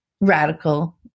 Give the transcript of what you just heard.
radical